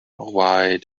why